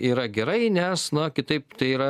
yra gerai nes na kitaip tai yra